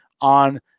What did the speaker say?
on